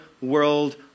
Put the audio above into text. world